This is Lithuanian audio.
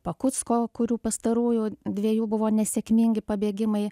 pakucko kurių pastarųjų dviejų buvo nesėkmingi pabėgimai